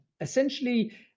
essentially